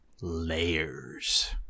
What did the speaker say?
layers